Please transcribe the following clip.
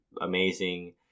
amazing